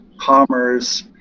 commerce